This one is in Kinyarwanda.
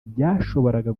byashoboraga